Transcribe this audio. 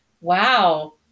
wow